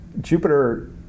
Jupiter